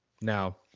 now